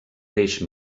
peix